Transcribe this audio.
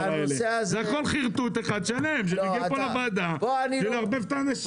זה הכל חרטוט אחד שלם שהם באים לפה לוועדה כדי לערבב את האנשים.